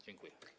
Dziękuję.